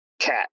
cat